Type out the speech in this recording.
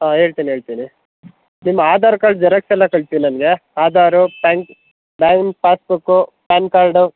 ಆಂ ಹೇಳ್ತೀನ್ ಹೇಳ್ತೀನಿ ನಿಮ್ಮ ಆಧಾರ್ ಕಾರ್ಡ್ ಜೆರಾಕ್ಸ್ ಎಲ್ಲ ಕಳಿಸಿ ನನಗೆ Aadhaar bank bank passbook PAN card